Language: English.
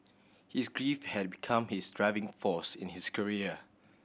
his grief had become his driving force in his career